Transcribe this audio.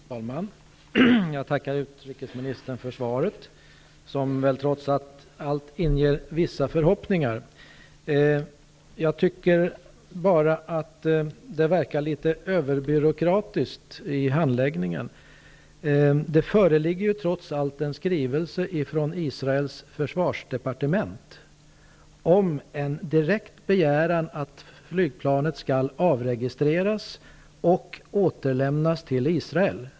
Fru talman! Jag tackar utrikesministern för svaret, som trots allt inger vissa förhoppningar. Jag tycker bara att handläggningen verkar litet överbyråkratisk. Det föreligger trots allt en skrivelse från Israels försvarsdepartement med en direkt begäran att flygplanet skall avregistreras och återlämnas till Israel.